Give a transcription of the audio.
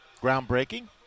groundbreaking